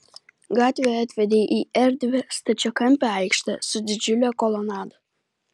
gatvė atvedė į erdvią stačiakampę aikštę su didžiule kolonada